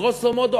גרוסו מודו,